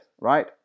right